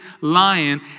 lion